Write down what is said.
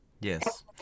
Yes